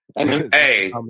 hey